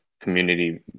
community